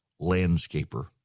landscaper